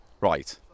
Right